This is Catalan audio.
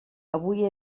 avui